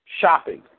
shopping